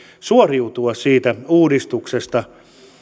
suoriutua siitä uudistuksesta